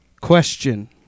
Question